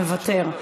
מוותר.